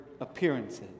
appearances